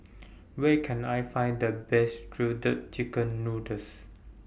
Where Can I Find The Best Shredded Chicken Noodles